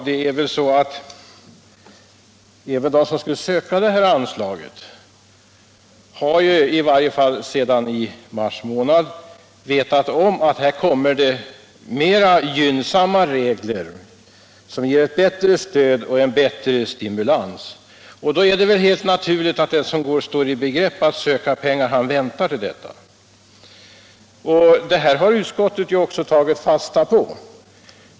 Det är väl så, fru Dahl, att de som skall söka det här anslaget, i varje fall sedan i mars månad, har vetat om att det kommer mer gynnsamma regler som ger ett bättre stöd och en bättre stimulans. Då är det helt naturligt att den som står i begrepp att söka bidrag väntar. Detta har utskottet också tagit fasta på.